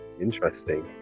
Interesting